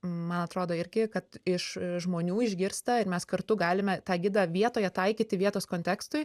man atrodo irgi kad iš žmonių išgirsta ir mes kartu galime tą gidą vietoje taikyti vietos kontekstui